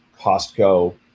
Costco